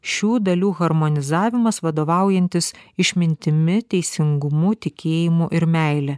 šių dalių harmonizavimas vadovaujantis išmintimi teisingumu tikėjimu ir meile